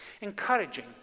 encouraging